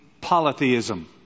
polytheism